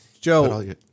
Joe